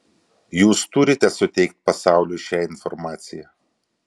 jūs turite suteikti pasauliui šią informaciją